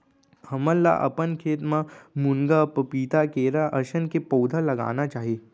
हमन ल अपन खेत म मुनगा, पपीता, केरा असन के पउधा लगाना चाही